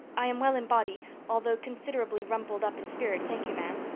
i am well in body although considerable rumpled up in spirit, thank you ma'am,